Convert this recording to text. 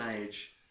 age